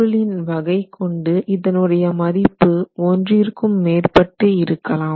பொருளின் வகை கொண்டு இதனுடைய மதிப்பு ஒன்றிற்கும் மேற்பட்டு இருக்கலாம்